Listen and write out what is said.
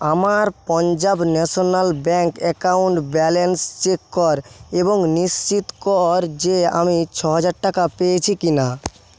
আমার Punjab national bank account balance check কর এবং নিশ্চিত কর যে আমি ছ হাজার টাকা পেয়েছি কি না